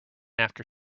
after